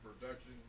production